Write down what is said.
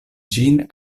ĝin